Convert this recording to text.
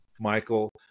Michael